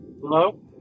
Hello